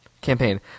Campaign